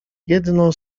jedno